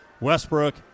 westbrook